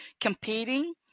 competing